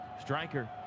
Striker